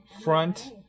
front